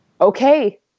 okay